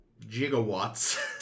gigawatts